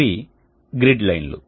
ఇవి గ్రిడ్ లైన్లు